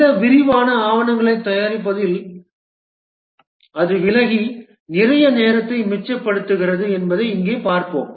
இந்த விரிவான ஆவணங்களைத் தயாரிப்பதில் அது விலகி நிறைய நேரத்தை மிச்சப்படுத்துகிறது என்பதை இங்கே பார்ப்போம்